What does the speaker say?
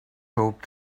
hope